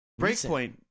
Breakpoint